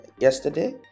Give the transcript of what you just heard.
yesterday